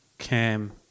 cam